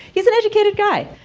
he's an educated guy.